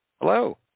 Hello